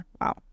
Wow